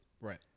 right